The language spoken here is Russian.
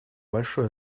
большое